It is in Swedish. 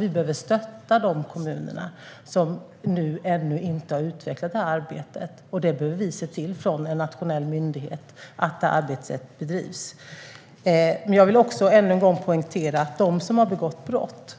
Vi behöver stötta de kommuner som ännu inte har utvecklat arbetet, och vi behöver från en nationell myndighet se till att arbetet bedrivs. Jag vill än en gång poängtera att de som har begått brott